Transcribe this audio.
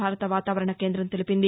భారత వాతావరణ కేందం తెలిపింది